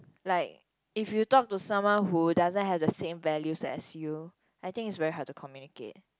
like if you talk to someone who doesn't had same value as you I think is very hard to communicate